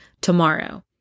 tomorrow